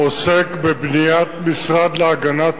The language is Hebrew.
עוסק בבניית משרד להגנת